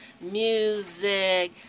music